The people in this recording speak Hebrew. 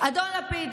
אדון לפיד,